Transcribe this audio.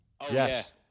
Yes